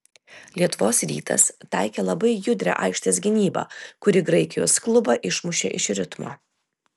lietuvos rytas taikė labai judrią aikštės gynybą kuri graikijos klubą išmušė iš ritmo